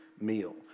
meal